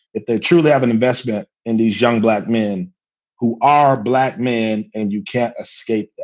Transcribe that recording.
if they truly have an investment in these young black men who are black man and you can't escape.